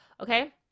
Okay